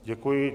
Děkuji.